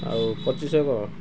ଆଉ ପଚିଶିଶହ କର